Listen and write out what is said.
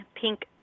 pink